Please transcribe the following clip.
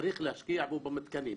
וצריך להשקיע בו במתקנים.